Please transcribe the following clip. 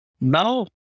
Now